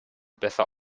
besser